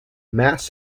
mass